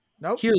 Nope